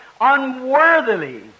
unworthily